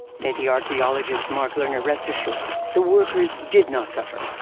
may the archaeologist mark lehner rest assured, the workers did not suffer!